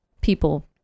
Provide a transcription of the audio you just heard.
people